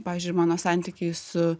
pavyzdžiui ir mano santykiai su